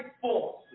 force